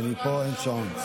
פה אין שעון.